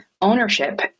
ownership